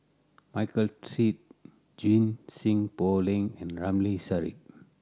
Michael Seet Junie Sng Poh Leng and Ramli Sarip